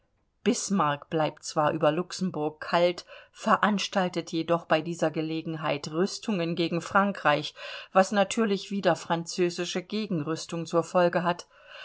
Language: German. bismarck bleibt zwar über luxemburg kalt veranstaltet jedoch bei dieser gelegenheit rüstungen gegen frankreich was natürlich wieder französische gegenrüstungen zur folge hat